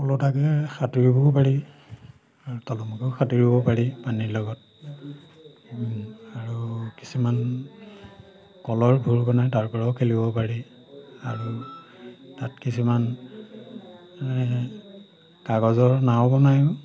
ওলোটাকে সাঁতুৰিব পাৰি তলমুখেও সাঁতুৰিব পাৰি পানীৰ লগত আৰু কিছুমান কলৰ ভোৰ বনায় তাৰ পৰাও খেলিব পাৰি আৰু তাত কিছুমান কাগজৰ নাও বনায়ো